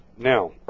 Now